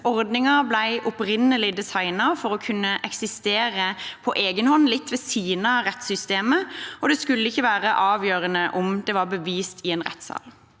Ordningen ble opprinnelig designet for å kunne eksistere på egenhånd, litt ved siden av rettssystemet, og det skulle ikke være avgjørende om volden var bevist i en rettsal.